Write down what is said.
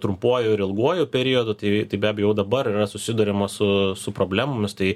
trumpuoju ir ilguoju periodu tai tai be abejo jau dabar yra susiduriama su su problemomis tai